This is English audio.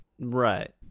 Right